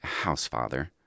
Housefather